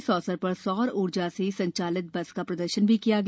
इस अवसर पर सौर ऊर्जा से संचालित बस का प्रदर्शन भी किया गया